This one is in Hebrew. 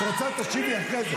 את רוצה, תשיבי אחרי זה.